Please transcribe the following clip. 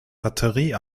batterie